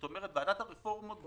כלומר ועדת הרפורמות,